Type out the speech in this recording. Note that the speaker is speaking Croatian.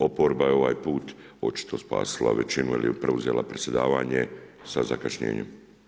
Oporba je ovaj put očito spasila većinu jer je preuzela predsjedavanje sa zakašnjenjem.